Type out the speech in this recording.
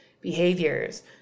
behaviors